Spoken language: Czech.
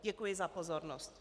Děkuji za pozornost.